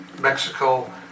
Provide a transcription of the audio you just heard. Mexico